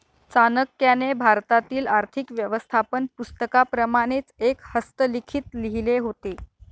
चाणक्याने भारतातील आर्थिक व्यवस्थापन पुस्तकाप्रमाणेच एक हस्तलिखित लिहिले होते